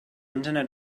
internet